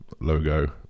logo